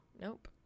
Nope